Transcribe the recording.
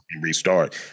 restart